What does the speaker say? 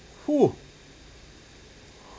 who